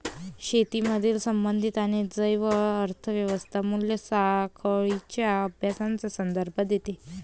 शेतीमधील संबंधित आणि जैव अर्थ व्यवस्था मूल्य साखळींच्या अभ्यासाचा संदर्भ देते